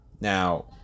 Now